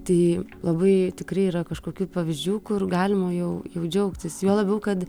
tai labai tikri yra kažkokių pavyzdžių kur galima jau jų džiaugtis juo labiau kad